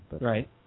Right